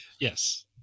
Yes